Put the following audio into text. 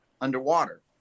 underwater